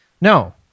No